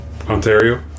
Ontario